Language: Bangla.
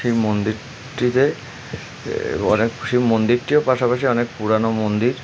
সেই মন্দিরটিতে অনেক শিব মন্দিরটিও পাশাপাশি অনেক পুরানো মন্দির